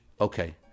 Okay